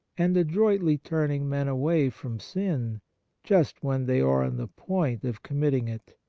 and adroitly turning men away from sin just when they are on the point of committing it.